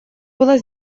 было